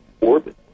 orbit